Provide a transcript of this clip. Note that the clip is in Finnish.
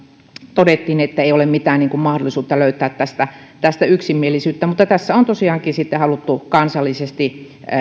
todettiin ettei ole mitään mahdollisuutta löytää tästä tästä yksimielisyyttä mutta tässä on tosiaankin haluttu kansallisesti